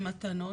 ומתנות